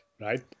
right